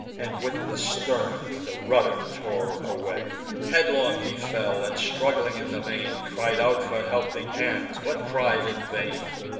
and, with the stern, the rudder tore away. headlong he fell, and, struggling in the main, cried out for helping hands, but cried in vain.